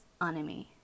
anime